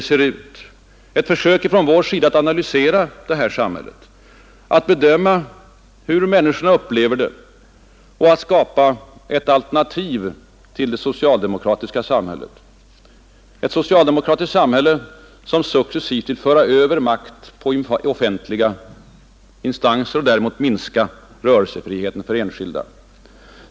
Motionen är ett försök från vårt håll att analysera detta samhälle, att bedöma hur människorna upplever det och att skildra ett alternativ till ett socialdemokratiskt samhälle som successivt vill föra över makt på offentliga instanser och därmed minska rörelsefriheten för enskilda.